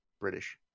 British